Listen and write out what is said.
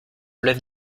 lève